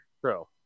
True